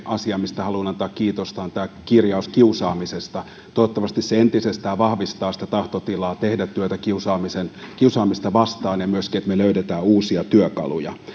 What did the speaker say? asia mistä haluan antaa kiitosta on tämä kirjaus kiusaamisesta toivottavasti se entisestään vahvistaa tahtotilaa tehdä työtä kiusaamista vastaan ja myöskin sitä että me löydämme uusia työkaluja